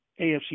AFC